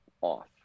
off